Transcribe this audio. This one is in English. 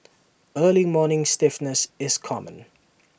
early morning stiffness is common